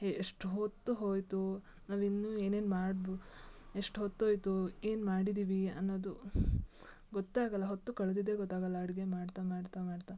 ಹೆ ಎಷ್ಟು ಹೊತ್ತು ಹೋಯಿತು ನಾವು ಇನ್ನೂ ಏನೇನು ಮಾಡೋದು ಎಷ್ಟು ಹೊತ್ತು ಹೋಯ್ತು ಏನು ಮಾಡಿದೀವಿ ಅನ್ನೋದು ಗೊತ್ತೇ ಆಗೋಲ್ಲ ಹೊತ್ತು ಕಳೆದಿದ್ದೆ ಗೊತ್ತಾಗೋಲ್ಲ ಅಡುಗೆ ಮಾಡ್ತಾ ಮಾಡ್ತಾ ಮಾಡ್ತಾ